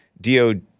DOD